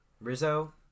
Rizzo